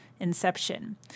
Inception